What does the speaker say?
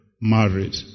married